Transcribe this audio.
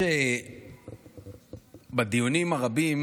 בדיונים הרבים